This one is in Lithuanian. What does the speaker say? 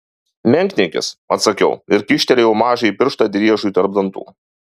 menkniekis atsakiau ir kyštelėjau mažąjį pirštą driežui tarp dantų